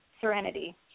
Serenity